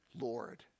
Lord